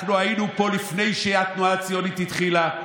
אנחנו היינו פה לפני שהתנועה הציונית התחילה,